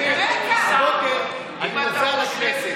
הבוקר אני נוסע לכנסת.